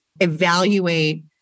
evaluate